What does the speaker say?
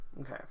Okay